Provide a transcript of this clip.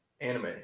anime